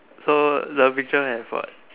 so the picture has what